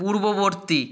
পূর্ববর্তী